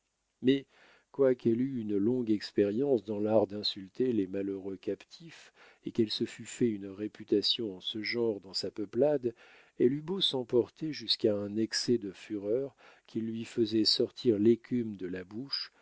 mais quoiqu'elle eût une longue expérience dans l'art d'insulter les malheureux captifs et qu'elle se fût fait une réputation en ce genre dans sa peuplade elle eût beau s'emporter jusqu'à un excès de fureur qui lui faisait sortir l'écume de la bouche